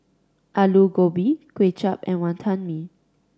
Aloo Gobi Kway Chap and Wantan Mee